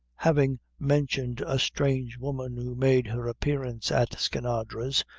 having mentioned a strange woman who made her appearance at skinadre's,